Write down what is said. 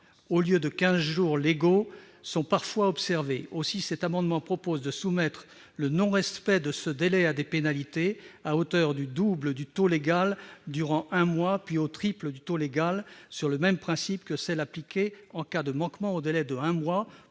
au lieu des quinze jours légaux, sont parfois observés. Aussi, il s'agit de soumettre le non-respect de ce délai à des pénalités à hauteur du double du taux légal durant un mois, puis au triple du taux légal, sur le même principe que celles qui sont appliquées en cas de manquement au délai d'un mois